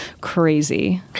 crazy